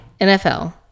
NFL